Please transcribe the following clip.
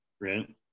right